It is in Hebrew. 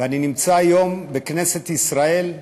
ואני נמצא היום בכנסת ישראל,